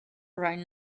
right